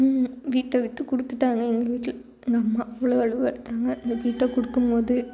வீட்டை விற்று கொடுத்துட்டாங்க எங்கள் வீட்டில் எங்கள் அம்மா அவ்வளோ அழுவ அழுதாங்க இந்த வீட்டை கொடுக்கும் போது